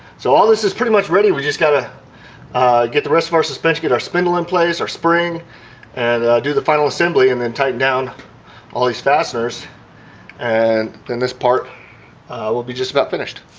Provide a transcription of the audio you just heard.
so all this is pretty much ready we've just got to get the rest of our suspension get our spindle in place, our spring and do the final assembly and then tighten down all these fasteners and then this part will be just about finished